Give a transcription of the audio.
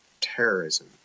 terrorism